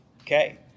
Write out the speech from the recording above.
Okay